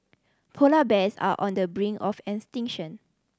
polar bears are on the brink of extinction